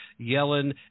Yellen